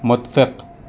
متفق